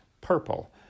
purple